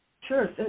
Sure